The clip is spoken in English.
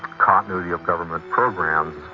continuity of government programs.